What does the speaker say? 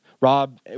Rob